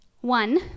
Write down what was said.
One